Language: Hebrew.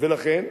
ולכן,